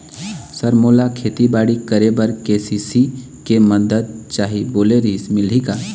Sir मोला खेतीबाड़ी करेबर के.सी.सी के मंदत चाही बोले रीहिस मिलही का?